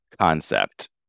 concept